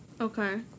Okay